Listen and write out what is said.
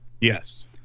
yes